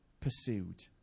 pursued